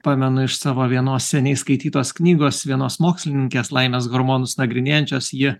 pamenu iš savo vienos seniai skaitytos knygos vienos mokslininkės laimės hormonus nagrinėjančios ji